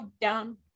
down